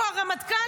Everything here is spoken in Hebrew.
איך הגענו למקום הזה?